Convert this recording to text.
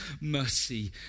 mercy